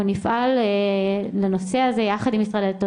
אנחנו נפעל לנושא הזה יחד עם משרד הדתות,